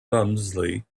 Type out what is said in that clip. clumsily